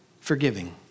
forgiving